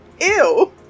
ew